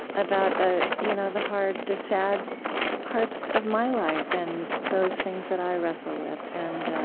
about the you know the hard, the sad parts of my life, and those things that i wrestle with and